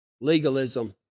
Legalism